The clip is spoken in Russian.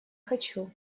хочу